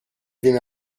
viene